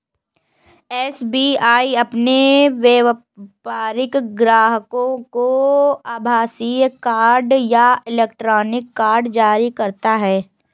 SBI अपने व्यापारिक ग्राहकों को आभासीय कार्ड या इलेक्ट्रॉनिक कार्ड जारी करता है